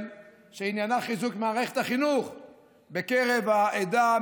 שעניינה חיזוק מערכת החינוך בקרב העדה,